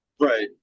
Right